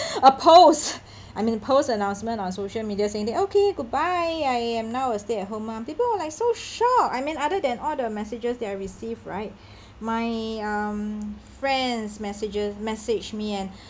a post I mean post announcement on social media saying that okay goodbye I am now a stay-at-home mum people are like so shocked I mean other than all the messages that I receive right my um friends messages message me and